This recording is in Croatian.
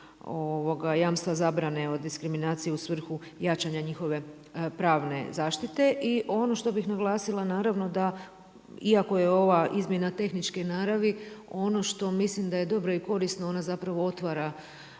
jamstva zabrane od diskriminacije u svrhu jačanja njihove pravne zaštite. I ono što bih naglasila naravno da iako je ova izmjena tehničke naravi, ono što mislim da je dobro i korisno ona zapravo otvara